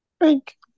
Thank